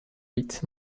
with